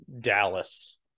Dallas